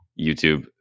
youtube